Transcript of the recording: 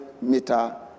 meter